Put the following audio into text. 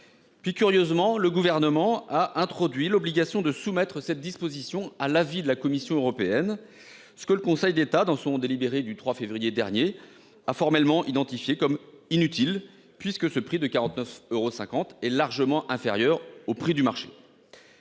Puis, curieusement, le gouvernement a introduit l'obligation de soumettre cette disposition à l'avis de la Commission européenne. Ce que le Conseil d'État dans son délibéré du 3 février dernier a formellement identifié comme inutile puisque ce prix de 49 euros 50 est largement inférieur au prix du marché.